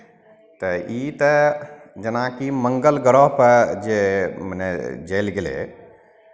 तऽ ई तऽ जेनाकि मङ्गल ग्रहपर जे मने जायल गेलै